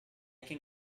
can